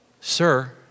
Sir